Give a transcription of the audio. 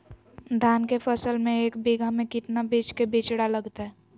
धान के फसल में एक बीघा में कितना बीज के बिचड़ा लगतय?